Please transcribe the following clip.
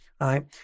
Right